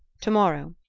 tomorrow?